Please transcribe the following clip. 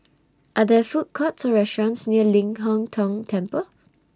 Are There Food Courts Or restaurants near Ling Hong Tong Temple